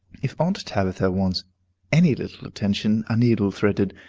if aunt tabitha wants any little attention, a needle threaded,